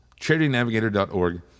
CharityNavigator.org